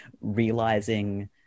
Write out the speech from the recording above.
realizing